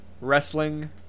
wrestling